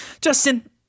justin